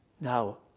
Now